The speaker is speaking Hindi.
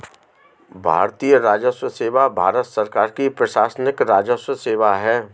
भारतीय राजस्व सेवा भारत सरकार की प्रशासनिक राजस्व सेवा है